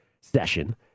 session